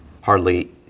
hardly